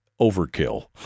overkill